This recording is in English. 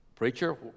Preacher